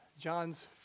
John's